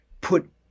put